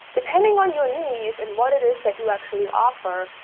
depending on your need and what it is that you actually offer.